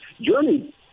journey